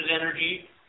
energy